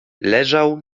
leżał